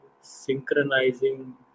synchronizing